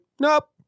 nope